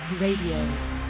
Radio